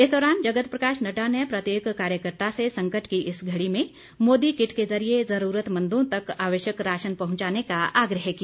इस दौरान जगत प्रकाश नड्डा ने प्रत्येक कार्यकर्ता से संकट की इस घड़ी में मोदी किट के ज़रिए ज़रूरतमंदों तक आवश्यक राशन पहुंचाने का आग्रह किया